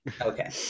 Okay